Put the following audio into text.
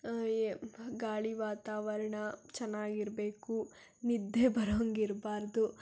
ಗಾಳಿ ವಾತಾವರಣ ಚೆನ್ನಾಗಿರಬೇಕು ನಿದ್ದೆ ಬರೋ ಹಂಗೆ ಇರಬಾರ್ದು